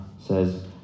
says